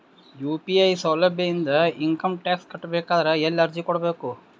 UPI ಸೌಲಭ್ಯ ಇಂದ income tax ಕಟ್ಟಬೇಕಾದರ ಎಲ್ಲಿ ಅರ್ಜಿ ಕೊಡಬೇಕು?